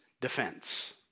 defense